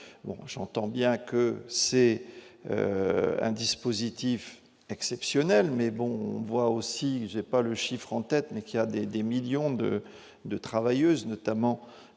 j'entends bien que c'est un dispositif exceptionnel mais bon, on voit aussi, j'ai pas le chiffre en tête, mais qui a des des millions de de travailleuses notamment